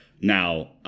Now